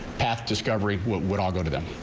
after covering what would all go to them.